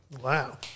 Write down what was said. Wow